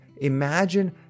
Imagine